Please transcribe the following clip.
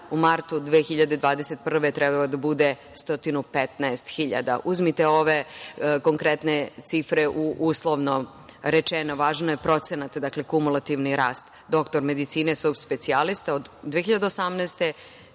u martu 2021. godine trebalo bi da bude 115.000 dinara. Uzmite ove konkretne cifre uslovno rečeno, važan je procenat, dakle, kumulativni rast. Doktor medicine subspecijalista od 2018.